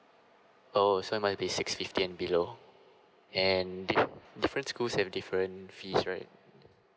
oh so my basics fifteen below and diff~ different schools have different fees right